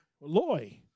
Loy